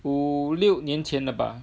五六年前了吧